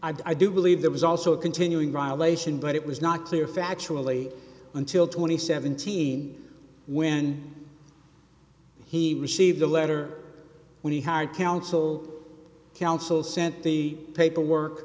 i do believe there was also a continuing ryle lation but it was not clear factually until twenty seventeen when he received the letter when he hired counsel counsel sent the paperwork